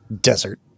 desert